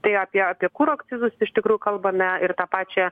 tai apie apie kuro akcizus iš tikrųjų kalbame ir tą pačią